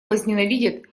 возненавидят